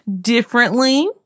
differently